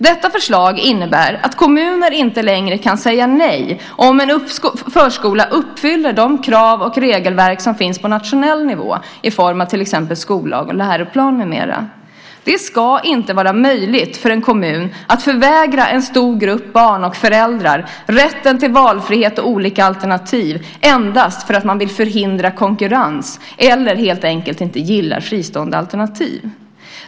Detta förslag innebär att kommuner inte längre kan säga nej om en förskola uppfyller de krav och regelverk som finns på nationell nivå i form av till exempel skollag, läroplan med mera. Det ska inte vara möjligt för en kommun att förvägra en stor grupp barn och föräldrar rätten till valfrihet och olika alternativ endast därför att man vill förhindra konkurrens eller helt enkelt inte gillar fristående alternativ.